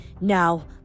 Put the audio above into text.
Now